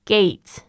Gate